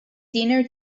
dinner